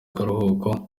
akaruhuko